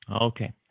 Okay